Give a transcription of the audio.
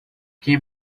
quem